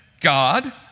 God